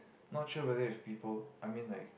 not sure whether it's people I mean like